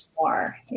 more